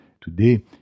today